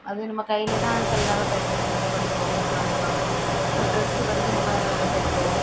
அதுவும் நம்ம கையில் தான் சில நேரம் தைக்க இது பண்ணுறோம் நம்ம இதெலாம் அப்புறம் ட்ரெஸ்ஸு வந்து நம்ம தைக்கிறோம்